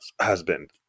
husband